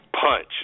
punch